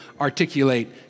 articulate